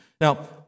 Now